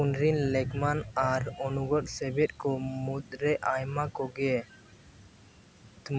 ᱩᱱᱤᱨᱮᱱ ᱞᱮᱠᱢᱟᱱ ᱟᱨ ᱚᱱᱩᱜᱚᱛᱚ ᱥᱮᱵᱮᱛ ᱠᱚ ᱢᱩᱫᱽᱨᱮ ᱟᱭᱢᱟ ᱠᱚᱜᱮ